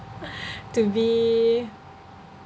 to be